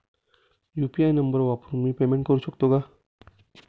UPI number वापरून मी payment करू शकते का?